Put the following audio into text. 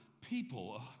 people